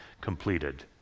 completed